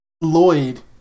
Lloyd